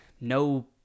no